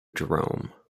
jerome